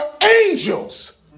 angels